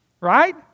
Right